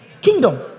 Kingdom